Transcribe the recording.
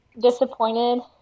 disappointed